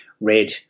red